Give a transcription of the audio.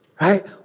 right